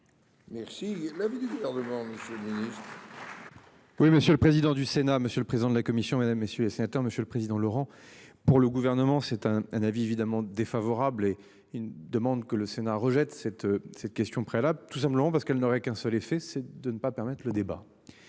Merci. L'avis du gouvernement. Féministes. Oui, monsieur le président du Sénat, monsieur le président de la commission, mesdames, messieurs les sénateurs, monsieur le président Laurent pour le gouvernement c'est un. Un avis évidemment défavorable et une demande que le Sénat rejette cette cette question préalable. Tout simplement parce qu'elle n'aurait qu'un seul effet c'est de ne pas permettre le débat.